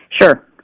Sure